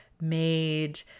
made